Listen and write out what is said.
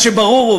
מה שברור הוא,